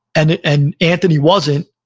and and anthony wasn't,